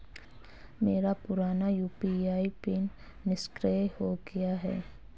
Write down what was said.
मेरा पुराना UPI PIN निष्क्रिय हो गया है